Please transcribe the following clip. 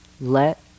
Let